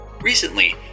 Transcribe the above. Recently